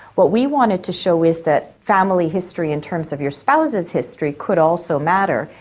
what we wanted to show is that family history in terms of your spouse's history could also matter,